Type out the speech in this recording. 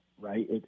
right